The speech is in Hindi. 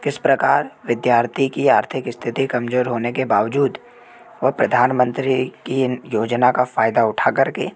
किस प्रकार विद्यार्थी की आर्थिक स्थिति कमजोर होने के बावजूद वह प्रधानमंत्री की इन योजना का फायदा उठा कर के